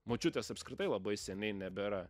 močiutės apskritai labai seniai nebėra